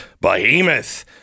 Behemoth